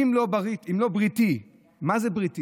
"אם לא בריתי" מה זה בריתי?